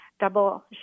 double